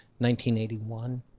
1981